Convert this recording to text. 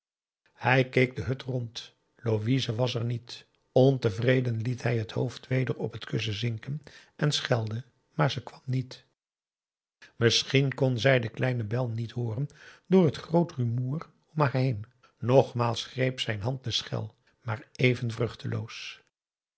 hij keek de hut rond louise was er niet ontevreden liet hij het hoofd weder op het kussen zinken en schelde maar ze kwam niet misschien kon zij de kleine bel niet hooren door het groot rumoer om haar heen nogmaals greep zijn hand de schel maar even